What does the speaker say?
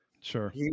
Sure